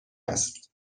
است